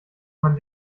man